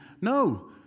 No